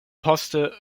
poste